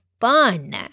fun